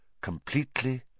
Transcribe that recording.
completely